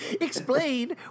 Explain